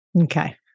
Okay